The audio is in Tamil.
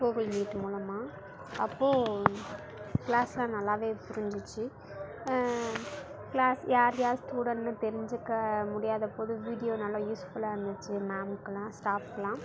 கூகுள் மீட் மூலமாக அப்போ கிளாஸ்லாம் நல்லாவே புரிஞ்சிச்சு கிளாஸ் யார் யார் ஸ்டூடண்ட்னு தெரிஞ்சிக்க முடியாத போது வீடியோ நல்லா யூஸ் ஃபுல்லாக இருந்துச்சு மேம்க்குலாம் ஸ்டாஃப்க்குலாம்